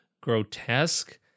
grotesque